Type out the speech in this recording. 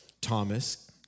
Thomas